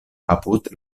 apud